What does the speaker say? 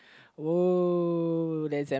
oh that's